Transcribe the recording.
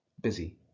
busy